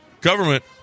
government